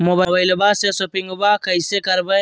मोबाइलबा से शोपिंग्बा कैसे करबै?